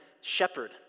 shepherd